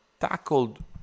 tackled